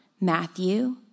Matthew